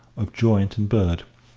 of joint and bird.